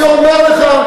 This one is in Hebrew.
אני אומר לך,